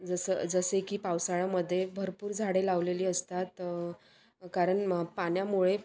जसं जसे की पावसाळ्यामध्ये भरपूर झाडे लावलेली असतात कारण पाण्यामुळे